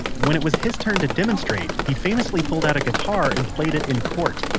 when it was his turn to demonstrate, he famously pulled out a guitar and played it in court.